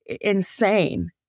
insane